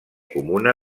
comuna